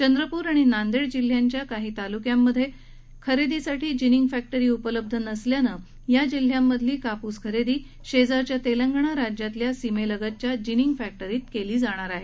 चंद्रपूर आणि नांदेड जिल्ह्यांच्या काही तालुक्यांमधे खरेदीसाठी जिनिंग फक्टिरी उपलब्ध नसल्यानं या जिल्ह्यांमधली कापूस खरेदी शेजारच्या तेलंगणा राज्यातल्या सीमेलगतच्या जिनिंग फक्टिरीत केली जाणार आहे